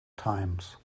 times